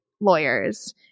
lawyers